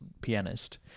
pianist